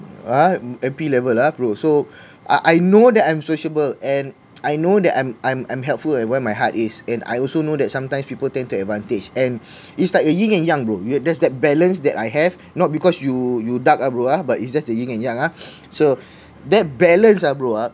ah M_P level lah bro so I I know that I'm sociable and I know that I'm I'm I'm helpfully at where my heart is and I also know that sometimes people tend take advantage and it's like a ying and yang bro you get there's that balance that I have not because you you dark ah bro ah but it's just the ying and yang ah so that balance ah bro ah